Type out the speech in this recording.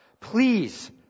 Please